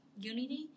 Unity